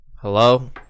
Hello